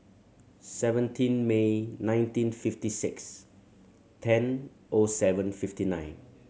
seventeen May nineteen fifty six ten O seven fifty nine